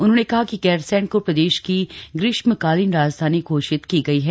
उन्होंने कहा कि गैरसैंण को प्रदेश की ग्रीष्मकालीन राजधानी घोषित की गई है